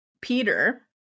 Peter